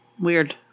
Weird